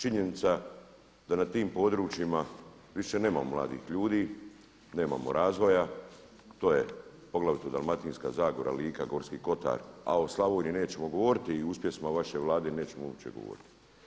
Činjenica da na tim područjima više nema mladih ljudi, nemamo razvoja to je poglavito Dalmatinska zagora, Lika, Gorski Kotar, a o Slavoniji nećemo govoriti i o uspjesima vaše Vlade nećemo uopće govoriti.